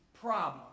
problem